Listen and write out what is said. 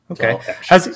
okay